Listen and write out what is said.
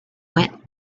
went